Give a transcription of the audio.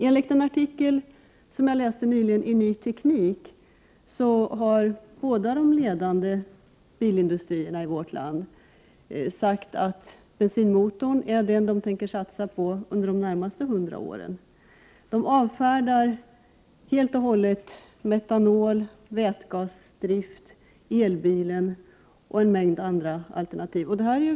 Enligt en artikel som jag läste nyligen i Ny Teknik har båda de ledande bilindustrierna i vårt land sagt att bensinmotorn är den drivkraft de tänker satsa på under de närmaste hundra åren. De avfärdar helt och hållet metanol, vätgasdrift, elbilen och en mängd andra alternativ.